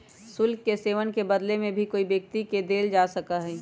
शुल्क के सेववन के बदले में कोई भी व्यक्ति के देल जा सका हई